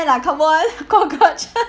lah come on cockroach